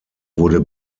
wurde